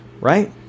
right